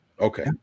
Okay